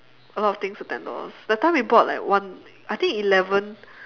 a lot of things for ten dollars that time we bought like one I think eleven